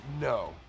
No